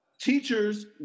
teachers